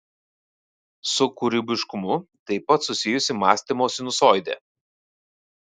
su kūrybiškumu taip pat susijusi mąstymo sinusoidė